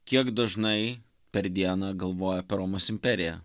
kiek dažnai per dieną galvoji apie romos imperiją